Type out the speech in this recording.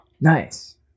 Nice